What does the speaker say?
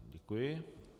Děkuji.